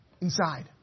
inside